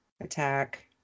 attack